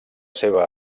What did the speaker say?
seva